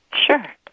Sure